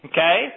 Okay